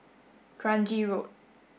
Kranji Road